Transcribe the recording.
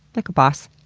like a boss.